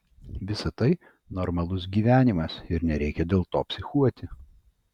visa tai normalus gyvenimas ir nereikia dėl to psichuoti